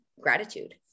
gratitude